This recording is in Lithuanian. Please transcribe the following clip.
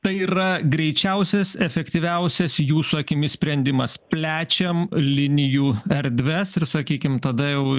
tai yra greičiausias efektyviausias jūsų akimis sprendimas plečiam linijų erdves ir sakykim tada jau